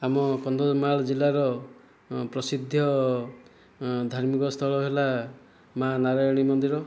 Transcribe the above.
ଆମ କନ୍ଧମାଳ ଜିଲ୍ଲାର ପ୍ରସିଦ୍ଧ ଧାର୍ମିକସ୍ଥଳ ହେଲା ମା ନାରାୟଣୀ ମନ୍ଦିର